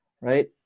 Right